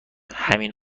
ریهمین